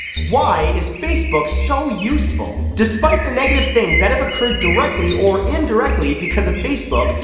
why is facebook so useful? despite the negative things that have occurred directly or indirectly because of facebook,